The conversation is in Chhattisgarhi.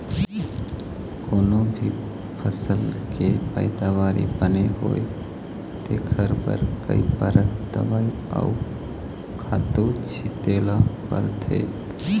कोनो भी फसल के पइदावारी बने होवय तेखर बर कइ परत दवई अउ खातू छिते ल परथे